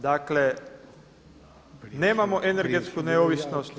Dakle, nemamo energetsku neovisnost.